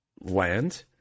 land